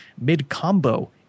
mid-combo